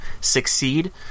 succeed